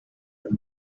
the